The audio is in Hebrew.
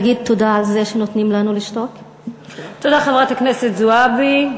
תודה, חברת הכנסת זועבי.